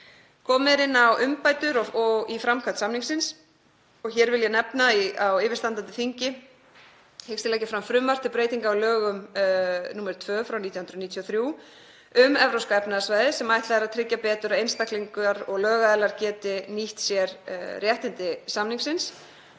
Komið er inn á umbætur í framkvæmd samningsins og hér vil ég nefna að á yfirstandandi þingi hyggst ég leggja fram frumvarp til breytinga á lögum nr. 2/1993, um Evrópska efnahagssvæðið, sem ætlað er að tryggja betur að einstaklingar og lögaðilar geti nýtt sér réttindi samningsins.